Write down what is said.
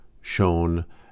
shown